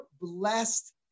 blessed